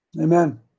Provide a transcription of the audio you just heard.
Amen